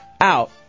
Out